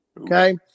Okay